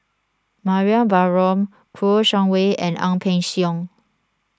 Mariam Baharom Kouo Shang Wei and Ang Peng Siong